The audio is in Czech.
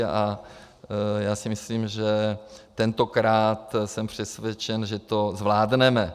A já si myslím, že tentokrát jsem přesvědčen, že to zvládneme.